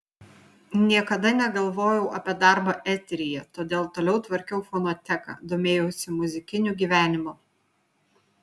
niekada negalvojau apie darbą eteryje todėl toliau tvarkiau fonoteką domėjausi muzikiniu gyvenimu